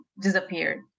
disappeared